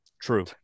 True